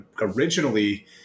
originally